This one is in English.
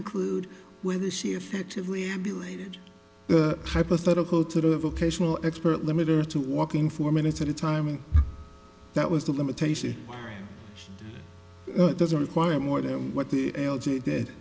include whether she effectively emulated the hypothetical to the vocational expert limited to walking for minutes at a time and that was the limitation doesn't require more than what the l g did